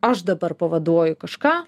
aš dabar pavaduoju kažką